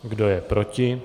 Kdo je proti?